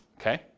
Okay